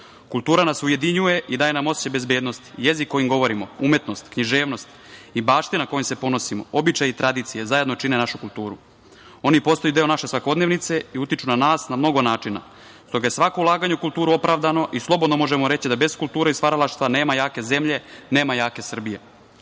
na ujedinjuje i daje nam osećaj bezbednosti. Jezik kojim govorimo, umetnost, književnost i baština kojom se ponosimo, običaji, tradicija zajedno čine našu kulturu. Oni postaju deo naše svakodnevnice i utiču na nas na mnogo načina, stoga je svako ulaganje u kulturu opravdano i slobodno možemo reći da bez kulture i stvaralaštva nema jake zemlje, nema jake Srbije. Naša